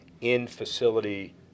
in-facility